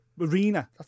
arena